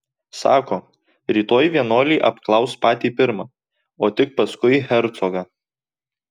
sako rytoj vienuolį apklaus patį pirmą o tik paskui hercogą